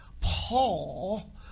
Paul